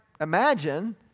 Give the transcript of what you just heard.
imagine